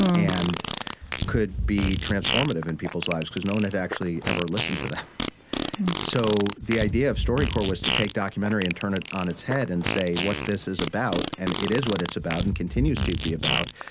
and could be transformative in people's lives, because no one had actually ever listened to them so the idea of storycorps was to take documentary and turn it on its head and say what this is about, and it is what it's about, and continues to be about,